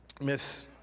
Miss